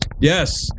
yes